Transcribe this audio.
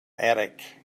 attic